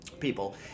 people